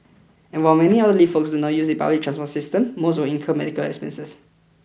and while many elderly folks not use the public transport system most would incur medical expenses